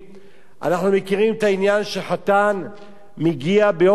אנחנו מכירים את העניין שחתן מגיע ביום חופתו,